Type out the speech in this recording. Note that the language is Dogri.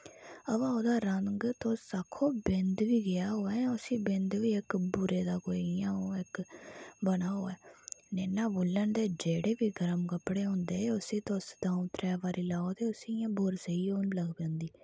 बाऽ ओह्दा रंग तुस आक्खो बिंद बी गेआ होऐ ते उसी बिंद बी कोई बुरे दा कोई इक्क बने दा होऐ मेरे नै बोलन दे जेह्ड़े बी गर्म कपड़े होंदे उसी तुस दंऊ त्रैऽ बारी लाओ ते उसी इंया बुरोआं स्हेई होन लगी पौंदी